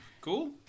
Cool